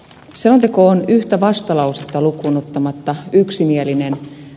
selonteko on yhtä vastalausetta lukuun ottamatta yksimielinen